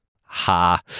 Ha